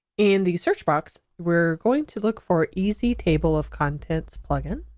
in the search box we're going to look for easy table of contents plugin